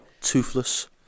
Toothless